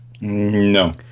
no